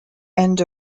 end